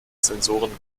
sensoren